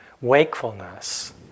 wakefulness